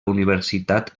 universitat